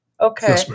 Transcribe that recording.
Okay